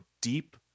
deep